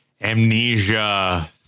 Amnesia